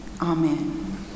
amen